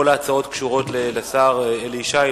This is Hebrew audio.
כל ההצעות קשורות לשר אלי ישי,